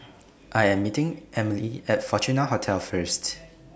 I Am meeting Emilee At Fortuna Hotel First